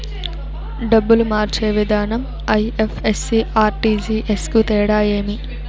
డబ్బులు మార్చే విధానం ఐ.ఎఫ్.ఎస్.సి, ఆర్.టి.జి.ఎస్ కు తేడా ఏమి?